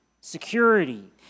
security